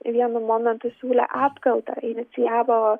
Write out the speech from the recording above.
vienu momentu siūlė apkaltą inicijavo